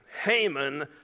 Haman